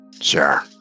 sure